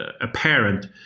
apparent